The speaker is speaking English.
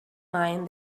mind